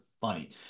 funny